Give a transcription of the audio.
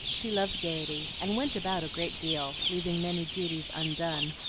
she loved gayety, and went about a great deal, leaving many duties undone,